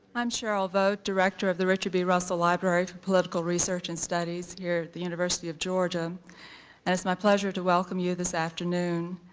i'm sheryl vogt, director of the richard b. russell library for political research and studies here at the university of georgia and it's my pleasure to welcome you this afternoon.